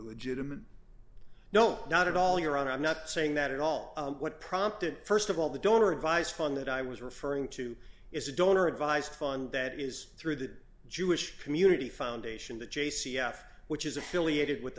legitimate no not at all your honor i'm not saying that at all what prompted st of all the donor advised fund that i was referring to is a donor advised fund that is through the jewish community foundation the j c f which is affiliated with the